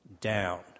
down